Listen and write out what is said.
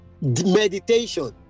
meditation